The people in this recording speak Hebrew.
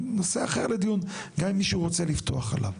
זה נושא אחר לדיון, גם אם מישהו רוצה לפתוח עליו.